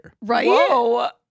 right